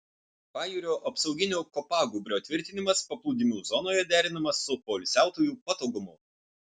pajūrio apsauginio kopagūbrio tvirtinimas paplūdimių zonoje derinamas su poilsiautojų patogumu